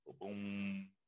boom